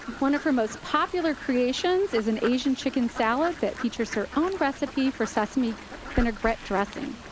one of her most popular creations is an asian chicken salad that features her own recipe for sesame vinegarette dressing.